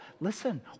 Listen